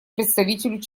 представителю